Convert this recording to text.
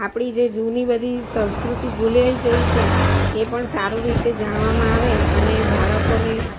આપણી જે જૂની બધી સંસ્કૃતિ ભુલાઈ ગઈ છે એ પણ સારી રીતે જાણવામાં આવે અને બાળકોને